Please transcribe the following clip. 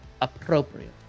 appropriate